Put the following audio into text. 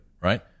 right